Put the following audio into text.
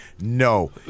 No